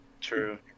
True